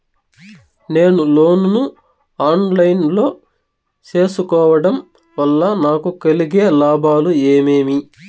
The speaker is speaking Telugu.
నేను లోను ను ఆన్ లైను లో సేసుకోవడం వల్ల నాకు కలిగే లాభాలు ఏమేమీ?